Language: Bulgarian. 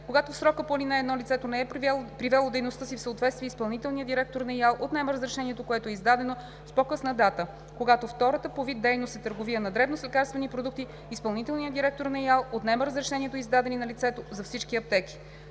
Когато в срока по ал. 1 лицето не е привело дейността си в съответствие, изпълнителният директор на ИАЛ отнема разрешението, което е издадено с по-късна дата. Когато втората по вид дейност е търговия на дребно с лекарствени продукти, изпълнителният директор на ИАЛ отнема разрешенията, издадени на лицето, за всички аптеки.